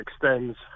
extends